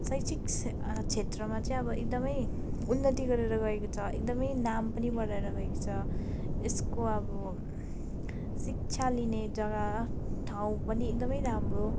शैक्षिक क्षेत्रमा चाहिँ अब एकदम उन्नति गरेर गएको छ एकदम नाम पनि बढाएर गएको छ यसको अब शिक्षा लिने जगा ठाउँ पनि एकदम राम्रो